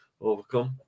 overcome